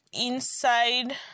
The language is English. inside